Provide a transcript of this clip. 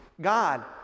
God